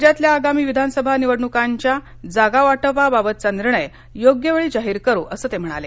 राज्यातल्या आगामी विधानसभा निवडणुकांच्या जागावाटपाबाबतचा निर्णय योग्य वेळी जाहीर करू असं ते म्हणाले